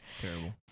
Terrible